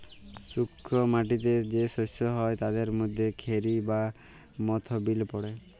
শুস্ক মাটিতে যে শস্য হ্যয় তাদের মধ্যে খেরি বা মথ বিল পড়ে